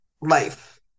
life